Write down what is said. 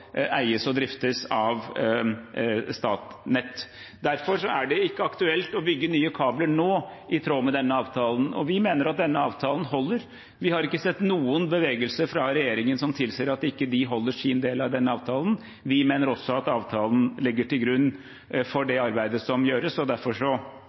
eies og driftes av Statnett. Derfor er det ikke aktuelt å bygge nye kabler nå, i tråd med denne avtalen, og vi mener at denne avtalen holder. Vi har ikke sett noen bevegelse fra regjeringen som tilsier at ikke de holder sin del av denne avtalen. Vi mener også at avtalen ligger til grunn for